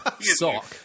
Sock